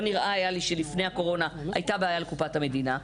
לא נראה לי שלפני הקורונה הייתה בעיה לקופת המדינה.